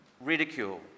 ridicule